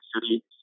City